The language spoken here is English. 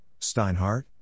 Steinhardt